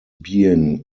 being